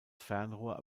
fernrohr